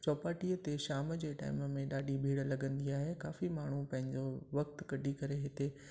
चौपाटीअ ते शाम जे टाइम में ॾाढी भीड़ लगंदी आहे काफ़ी माण्हू पंहिंजो वक्तु कढी करे हिते